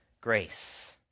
grace